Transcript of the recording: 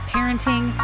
parenting